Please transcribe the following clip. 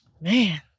Man